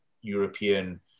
European